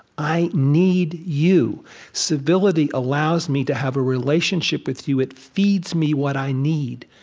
i need you civility allows me to have a relationship with you. it feeds me what i need.